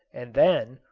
and then,